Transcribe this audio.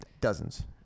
dozens